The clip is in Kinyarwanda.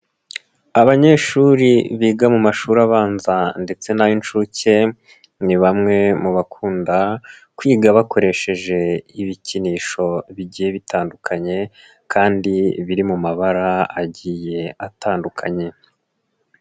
Abanyeshuri biga mu mashuri abanza ndetse n'ay'inshuke ni bamwe mu bakunda kwiga bakoresheje ibikinisho bigiye bitandukanye, kandi biri mu mabara agiye atandukanye.